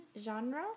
genre